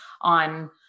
on